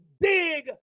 dig